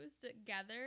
together